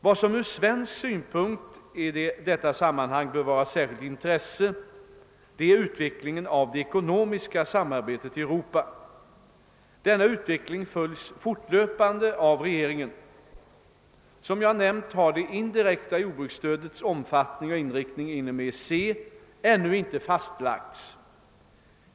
Vad som ur svensk synpunkt i detta sammanhang bör vara av särskilt intresse är utvecklingen av det ekonomiska samarbetet i Europa. Denna utveckling följs fortlöpande av regeringen. Som jag nämnt har det indirekta jordbruksstödets omfattning och inriktning inom EEC ännu inte fastlagts.